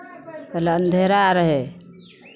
पहिले अँधेरा रहै